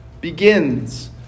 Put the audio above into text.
begins